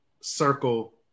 circle